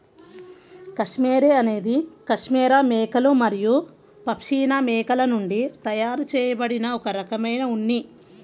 cashmere అనేది cashmere మేకలు మరియు పష్మినా మేకల నుండి తయారు చేయబడిన ఒక రకమైన ఉన్ని